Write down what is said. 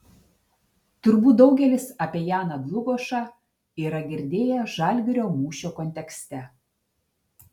turbūt daugelis apie janą dlugošą yra girdėję žalgirio mūšio kontekste